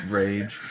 rage